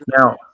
now